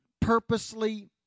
purposely